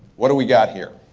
what do we got here?